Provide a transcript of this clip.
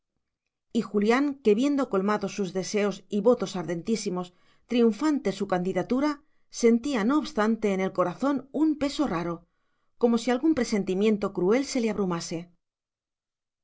y julián que viendo colmados sus deseos y votos ardentísimos triunfante su candidatura sentía no obstante en el corazón un peso raro como si algún presentimiento cruel se lo abrumase